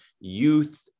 youth